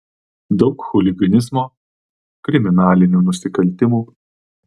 daug chuliganizmo kriminalinių nusikaltimų